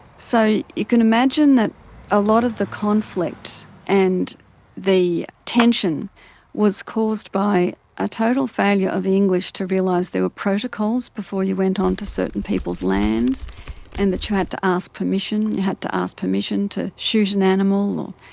so you can imagine that a lot of the conflict and the tension was caused by a total failure of the english to realise there were protocols before you went on to certain people's lands and that you had to ask permission, you had to ask permission to shoot an animal or,